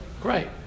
Great